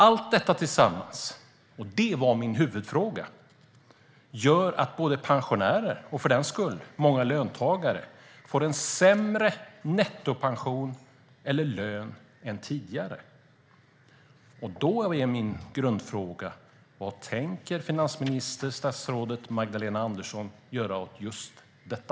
Allt detta tillsammans gör att både pensionärer och för den skull många löntagare får en sämre nettopension eller lön än tidigare. Då är min grundfråga: Vad tänker finansministern och statsrådet Magdalena Andersson göra åt just detta?